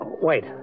Wait